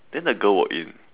then the girl walk in